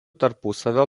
tarpusavio